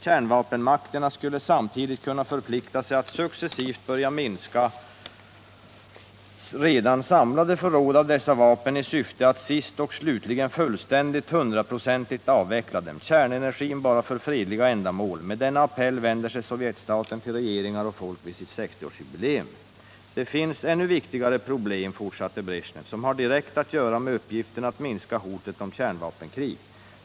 Kärnvapenmakterna skulle samtidigt kunna förplikta sig att successivt börja minska redan samlade förråd av dessa vapen i syfte att sist och slutligen fullständigt ”hundraprocentigt” avveckla dem. Kärnenergin bara för fredliga ändamål - med denna appell vänder sig sovjetstaten till regeringar och folk vid sitt 60-årsjubileum. Det finns ännu ett viktigt problem som har direkt att göra med uppgiften att minska hotet om ett kärnvapenkrig.